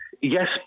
yes